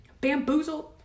Bamboozled